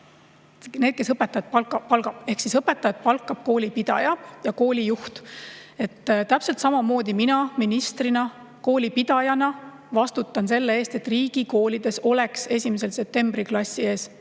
see, kes õpetajaid palkab. Õpetajaid palkavad koolipidaja ja koolijuht. Täpselt samamoodi mina ministrina ja koolipidajana vastutan selle eest, et riigikoolides oleks 1. septembril [iga]